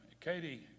Katie